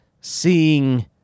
seeing